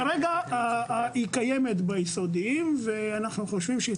כרגע היא קיימת ביסודיים ואנחנו חושבים שהיא